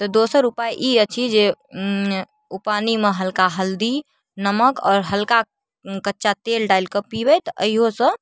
तऽ दोसर उपाय ई अछि जे ओ पानिमे हल्का हल्दी नमक आओर हल्का कच्चा तेल डालिकऽ पीबै तऽ अहियोसँ